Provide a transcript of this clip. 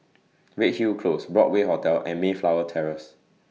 Redhill Close Broadway Hotel and Mayflower Terrace